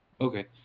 Okay